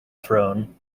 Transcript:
thrown